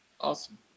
Awesome